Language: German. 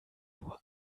nur